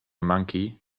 monkey